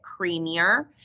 creamier